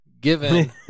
given